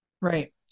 Right